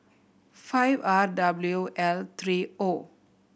five R W L three O